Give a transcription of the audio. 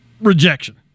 rejection